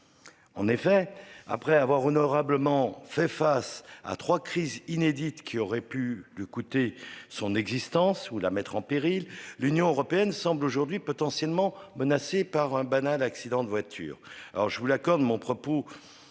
En effet, après avoir honorablement fait face à 3 crises inédite qui aurait pu lui coûter son existence où la mettre en péril l'Union Européenne semble aujourd'hui potentiellement menacés par un banal accident de voiture. Alors je vous l'accorde. Mon propos